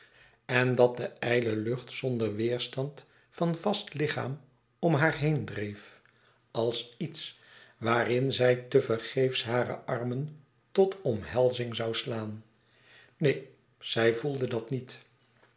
en dat de ijle lucht zonder weêrstand van vast lichaam om haar heen dreef als iets waarin zij te vergeefs hare armen tot omhelzing zoû slaan neen zij voelde dat niet